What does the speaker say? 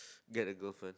get a girlfriend